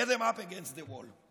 Get him up against the wall.